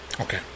Okay